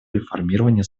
реформирования